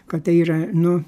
kad tai yra nu